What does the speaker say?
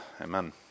Amen